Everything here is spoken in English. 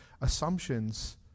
assumptions